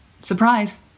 Surprise